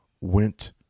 went